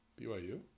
BYU